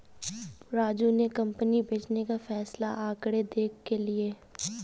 राजू ने कंपनी बेचने का फैसला आंकड़े देख के लिए